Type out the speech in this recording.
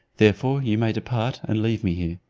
therefore you may depart, and leave me here.